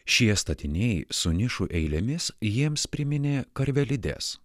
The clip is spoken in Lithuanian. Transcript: šie statiniai su nišų eilėmis jiems priminė karvelides